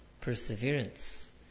Perseverance